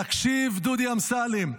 תקשיב, דודי אמסלם,